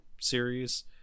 series